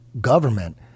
government